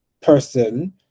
person